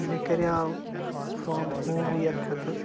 مےٚ کَریو from home وِیَر خٲطرٕ